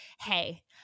Hey